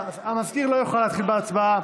המזכיר לא יוכל להתחיל בהצבעה